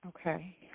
Okay